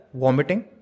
vomiting